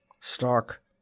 Stark